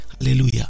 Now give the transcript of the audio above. Hallelujah